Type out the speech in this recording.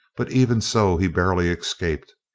but even so he barely escaped.